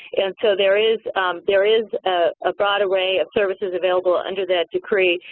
and so, there is there is a broad array of services available under that decree,